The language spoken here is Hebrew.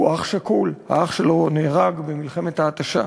הוא אח שכול, האח שלו נהרג במלחמת ההתשה.